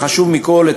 וחשוב מכול,